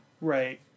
Right